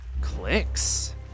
clicks